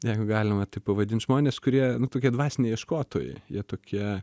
jeigu galima taip pavadint žmonės kurie nu tokie dvasiniai ieškotojai jie tokie